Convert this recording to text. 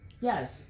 yes